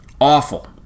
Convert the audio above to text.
awful